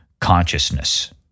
consciousness